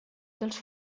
dels